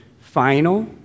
final